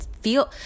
feel